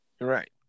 Right